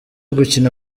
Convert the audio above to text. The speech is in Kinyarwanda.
gukina